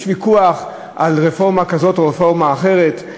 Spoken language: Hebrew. יש ויכוח על רפורמה כזאת או רפורמה אחרת,